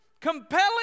compelling